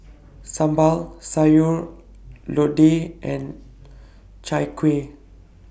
Sambal Sayur Lodeh and Chai Kuih